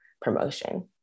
promotion